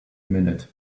minute